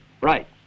Right